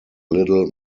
little